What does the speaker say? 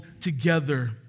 together